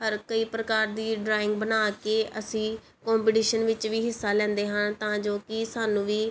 ਹਰ ਕਈ ਪ੍ਰਕਾਰ ਦੀ ਡਰਾਇੰਗ ਬਣਾ ਕੇ ਅਸੀਂ ਕੋਂਪੀਟੀਸ਼ਨ ਵਿੱਚ ਵੀ ਹਿੱਸਾ ਲੈਂਦੇ ਹਾਂ ਤਾਂ ਜੋ ਕਿ ਸਾਨੂੰ ਵੀ